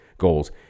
goals